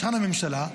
שולחן הממשלה,